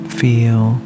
feel